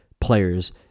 players